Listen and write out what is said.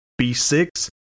B6